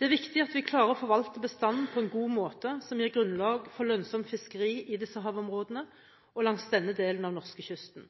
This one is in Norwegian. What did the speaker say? Det er viktig at vi klarer å forvalte bestandene på en god måte som gir grunnlag for et lønnsomt fiskeri i disse havområdene og langs denne delen av norskekysten.